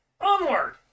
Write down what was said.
onward